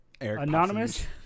anonymous